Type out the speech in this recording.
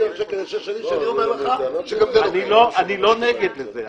אני לא נגד זה.